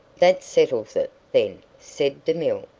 that settles it, then, said demille.